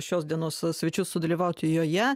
šios dienos svečius sudalyvauti joje